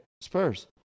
Spurs